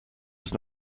was